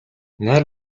нар